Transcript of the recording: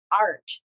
art